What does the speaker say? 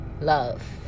love